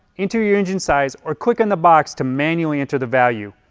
enter your engine size or click on the box to manually enter the value,